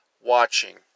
watching